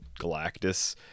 galactus